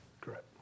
Correct